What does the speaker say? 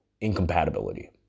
incompatibility